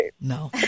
No